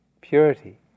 purity